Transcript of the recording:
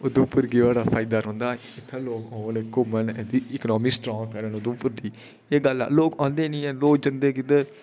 उधमपुर गी इत्थै लोक औन घुम्मन इकॉनामी स्ट्रॉंग करन उधमपुर दी लोक आंदे नीं ऐ न लोक जंदे किद्धर